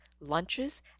lunches